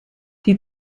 die